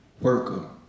worker